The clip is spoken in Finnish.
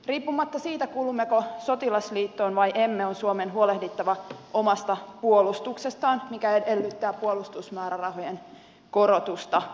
riippumatta siitä kuulummeko sotilasliittoon vai emme on suomen huolehdittava omasta puolustuksestaan mikä edellyttää puolustusmäärärahojen korotusta